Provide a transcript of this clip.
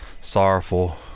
sorrowful